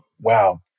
wow